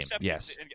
Yes